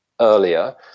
earlier